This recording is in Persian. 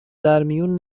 درمیون